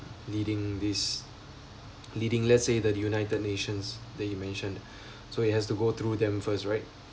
leading this leading let's say the united nations that you mentioned so he has to go through them first right